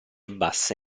bassa